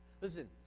listen